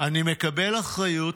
אני מקבל אחריות,